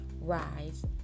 rise